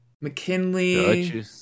McKinley